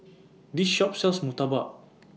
This Shop sells Murtabak